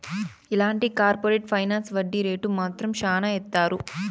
ఇలాంటి corporate finance వడ్డీ rate మాత్రం శ్యానా ఏత్తారు